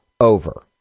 over